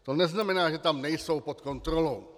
To neznamená, že tam nejsou pod kontrolou.